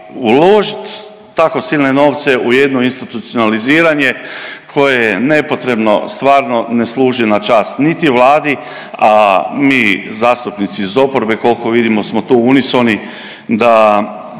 uložiti tako silne novce u jedno institucionaliziranje koje je nepotrebno, stvarno ne služi na čast niti Vladi, a mi zastupnici iz oporbe koliko vidimo smo tu unisoni da